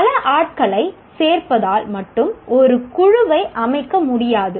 பல ஆட்களை சேர்ப்பதால் மட்டும் ஒரு குழுவை அமைக்க முடியாது